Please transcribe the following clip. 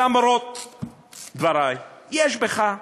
למרות דברי, יש בך קצת.